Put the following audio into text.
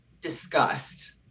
disgust